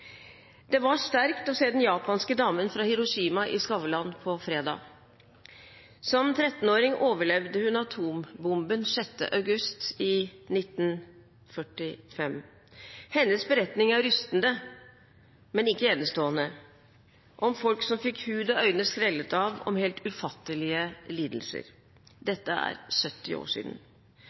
Det var sterkt å se den japanske damen fra Hiroshima på Skavlan på fredag. Som 13-åring overlevde hun atombomben 6. august i 1945. Hennes beretning er rystende, men ikke enestående, om folk som fikk hud og øyne skrellet av, om helt ufattelige lidelser. Dette er 70 år siden.